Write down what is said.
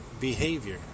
behavior